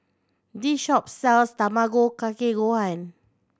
this shop sells Tamago Kake Gohan